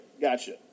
Gotcha